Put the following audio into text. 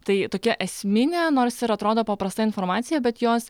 tai tokia esminė nors ir atrodo paprasta informacija bet jos